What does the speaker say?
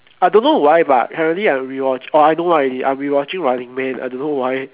I don't know why but currently I'm rewatch orh I know why already I been rewatching running man I don't know why